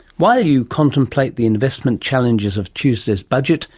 while you contemplate the investment challenges of tuesday's budget,